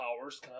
Powers